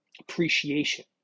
appreciation